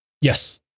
Yes